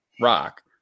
rock